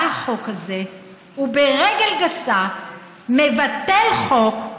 בא החוק הזה וברגל גסה מבטל חוק,